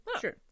sure